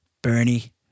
Bernie